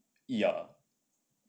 ya